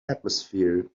atmosphere